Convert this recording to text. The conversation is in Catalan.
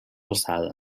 alçada